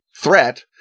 threat